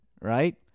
right